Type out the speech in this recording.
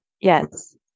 Yes